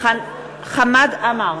חמד עמאר,